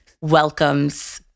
welcomes